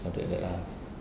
not that bad ah